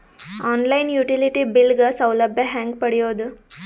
On line utility bill ಗ ಸೌಲಭ್ಯ ಹೇಂಗ ಪಡೆಯೋದು?